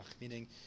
meaning